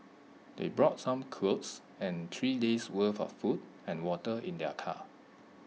they brought some clothes and three days' worth of food and water in their car